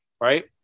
right